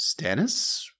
Stannis